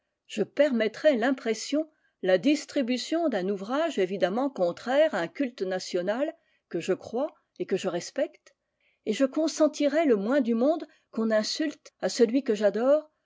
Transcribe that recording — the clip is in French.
je permettrai l'impression la distribution d'un ouvrage évidemment contraire à un culte national que je crois et que je respecte et je consentirai le moins du monde qu'on insulte à celui que j'adore